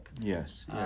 Yes